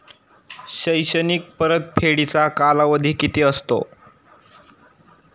शैक्षणिक परतफेडीचा कालावधी किती असतो?